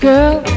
Girl